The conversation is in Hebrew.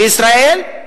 בישראל,